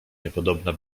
niepodobna